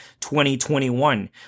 2021